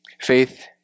Faith